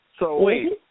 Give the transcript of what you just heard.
Wait